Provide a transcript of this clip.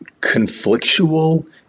conflictual